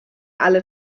alle